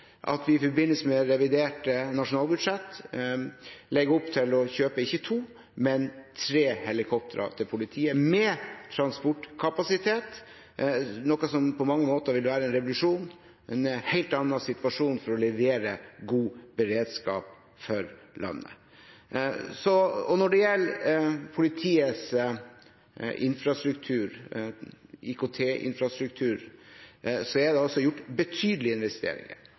at vi i forbindelse med revidert nasjonalbudsjett legger opp til å kjøpe ikke to, men tre helikoptre med transportkapasitet til politiet. På mange måter er dette en revolusjon, en helt annen situasjon, for å levere god beredskap for landet. Når det gjelder politiets infrastruktur, IKT-infrastruktur, er det altså gjort betydelige investeringer.